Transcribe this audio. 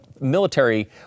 military